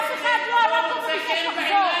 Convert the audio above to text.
אף אחד לא עלה פה וביקש לחזור.